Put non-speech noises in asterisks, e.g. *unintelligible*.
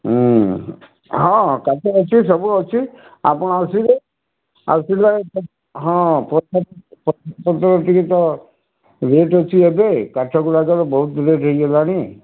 ହଁ କାଠ ଅଛି ସବୁ ଅଛି ଆପଣ ଆସିଲେ ଆସିଲେ ହଁ ଟିକେ ତ *unintelligible* ରେଟ୍ ଅଛି ଏବେ କାଠ ଗୁଡ଼ାକର ବହୁତ ରେଟ୍ ହେଇଗଲାଣି